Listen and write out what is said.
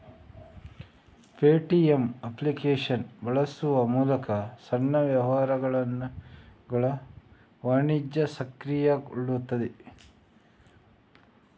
Paytm application ಬಳಸುವ ಮೂಲಕ ಸಣ್ಣ ವ್ಯವಹಾರಗಳ ವಾಣಿಜ್ಯ ಸಕ್ರಿಯಗೊಳ್ಳುತ್ತದೆ